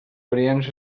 variants